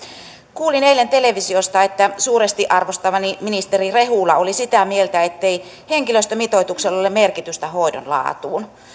kuulin eilen televisiosta että suuresti arvostamani ministeri rehula oli sitä mieltä ettei henkilöstömitoituksella ole merkitystä hoidon laadun kannalta